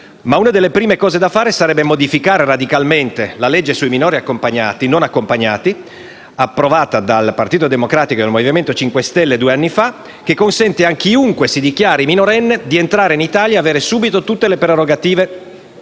ma una delle prime cose da fare sarebbe modificare radicalmente la legge sui minori non accompagnati, approvata dal Partito Democratico e dal Movimento 5 Stelle due anni fa, che consente a chiunque si dichiari minorenne di entrare in Italia e avere subito tutte le prerogative